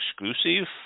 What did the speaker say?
exclusive